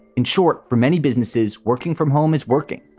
in short, for many businesses, working from home is working.